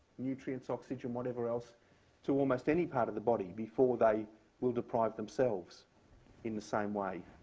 nutrients, oxygen, whatever else to almost any part of the body before they will deprive themselves in the same way.